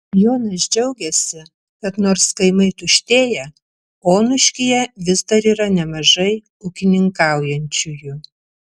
jonas džiaugiasi kad nors kaimai tuštėja onuškyje vis dar yra nemažai ūkininkaujančiųjų